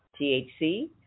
THC